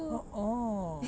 a'ah